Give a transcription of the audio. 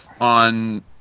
on